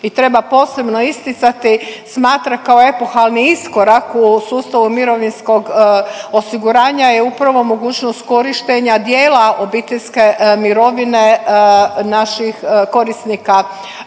i treba posebno isticati smatra kao epohalni iskorak u sustavu mirovinskog osiguranja je upravo mogućnost korištenja dijela obiteljske mirovine naših korisnika